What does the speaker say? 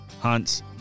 hunts